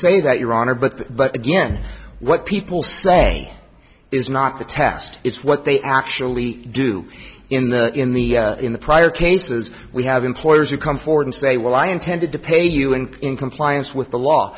say that your honor but but again what people say is not the test it's what they actually do in the in the in the prior cases we have employers who come forward and say well i intended to pay you and in compliance with the law